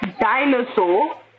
dinosaur